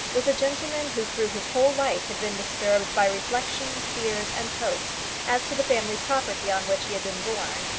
was a gentleman who through his whole life had been disturbed by reflections, fears, and hopes as to the family property on which he had been born,